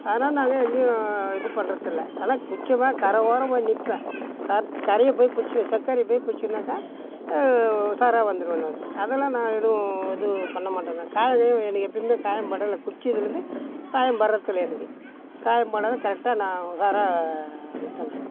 அதனால் நாங்கள் எங்கையும் இது பண்றதில்லை நல்லா குதிச்சோமா கரை ஓரம் போய் நிற்பேன் கருத்து கரையை போய் பிடிச்சிருவேன் கரையை போய் பிடிச்சேன்னாக்கா உஷாரா வந்துடுவேன் நான் அதெல்லாம் நான் எதுவும் இது பண்ணமாட்டேங்க காயமே எனக்கு எப்போயுமே காயம் படலை குதிச்சதுலேருந்து காயம் படுறதில்ல எனக்கு காயம் படாத கரெக்டாக நான் உஷாரா அப்படி இருப்பேன் நான்